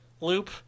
loop